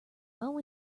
bow